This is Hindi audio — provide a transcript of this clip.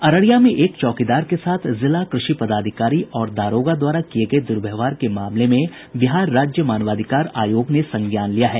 अररिया में एक चौकीदार के साथ जिला कृषि पदाधिकारी और दारोगा द्वारा किये गये दुर्व्यवहार के मामले में बिहार राज्य मानवाधिकार आयोग ने संज्ञान लिया है